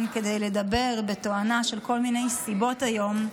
כדי לדבר בתואנה של כל מיני סיבות היום,